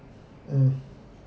mm